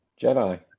Jedi